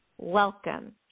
Welcome